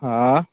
हां